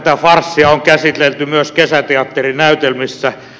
tätä farssia on käsitelty myös kesäteatterinäytelmissä